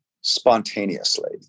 spontaneously